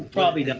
probably